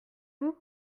vous